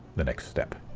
the next step.